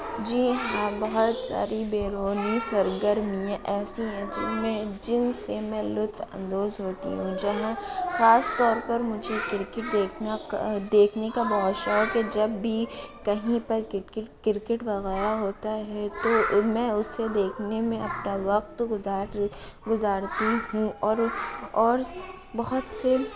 جی ہاں بہت ساری بیرونی سرگرمیاں ایسے ہیں جن میں جن سے میں لطف اندوز ہوتی ہوں جہاں خاص طور پر مجھے کرکٹ دیکھنا کا دیکھنے کا بہت شوق ہے جب بھی کہیں پر کرکٹ کرکٹ وغیرہ ہوتا ہے تو ان میں اسے دیکھنے میں اپنا وقت گزار گزارتی ہوں اور اور بہت سے